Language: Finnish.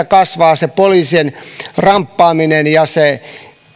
kasvaa se poliisin ramppaaminen ja se